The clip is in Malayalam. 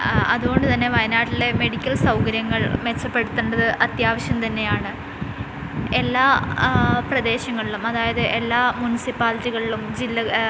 അതുകൊണ്ട് തന്നെ വയനാട്ടിലെ മെഡിക്കൽ സൗകര്യങ്ങൾ മെച്ചപ്പെടുത്തേണ്ടത് അത്യാവശ്യം തന്നെയാണ് എല്ലാ പ്രദേശങ്ങളിലും അതായത് എല്ലാ മുൻസിപ്പാലിറ്റികളിലും ജില്ല